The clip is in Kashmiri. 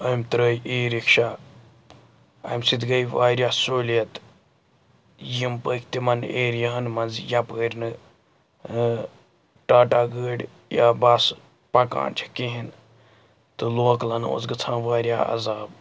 أمۍ ترٛٲے ای رِکشا اَمہِ سۭتۍ گٔے واریاہ سہوٗلیت یِم پٔکۍ تِمَن ایریاہَن منٛز یَپٲرۍ نہٕ ٹاٹا گٲڑۍ یا بَس پَکان چھےٚ کِہیٖنۍ تہٕ لوکلَن اوس گژھان واریاہ عذاب